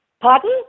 Pardon